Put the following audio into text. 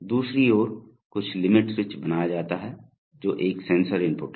दूसरी ओर कुछ लिमिट स्विच बनाया जाता है जो एक सेंसर इनपुट है